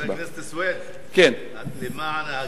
חבר הכנסת סוייד, למען ההגינות,